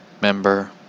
member